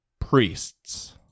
priests